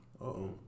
uh-oh